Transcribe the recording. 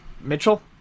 Mitchell